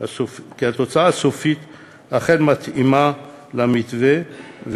הסופית אכן מתאימה למתווה,